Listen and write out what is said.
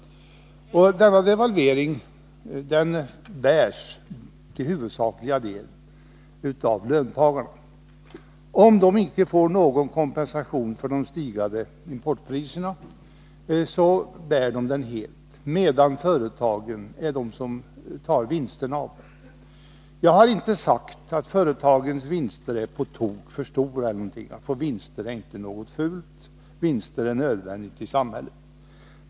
Kostaderna för denna devalvering bärs till huvudsaklig del av löntagarna. Om de icke får någon kompensation för de stigande importpriserna bär de dem helt, medan företagen tar vinsterna av den. Jag har inte sagt att företagens vinster är på tok för stora. Att få vinster är inte något fult; vinster är nödvändiga i samhället.